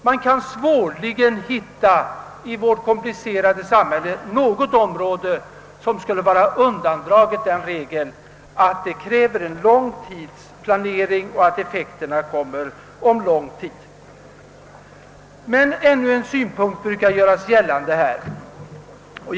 Man kan i vårt komplicerade samhälle svårligen hitta något område som skulle vara undandraget den regeln att det kräver en lång tids planering för att effekterna skall bli maximala. Ännu en synpunkt brukar göras gällande i detta sammanhang.